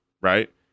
right